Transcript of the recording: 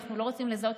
אנחנו לא רוצים לזהות.